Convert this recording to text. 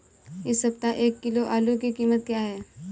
इस सप्ताह एक किलो आलू की कीमत क्या है?